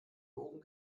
wogen